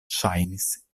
ŝajnis